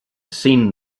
seen